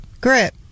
Grip